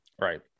Right